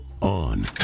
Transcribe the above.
On